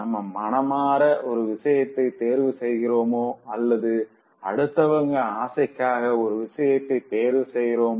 நம்ம மனமாற ஒரு விஷயத்த தேர்வு செய்கிறோமா அல்லது அடுத்தவங்க ஆசைக்காக ஒரு விஷயத்த தேர்வு செய்றோமா